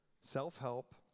self-help